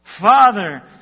Father